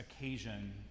occasion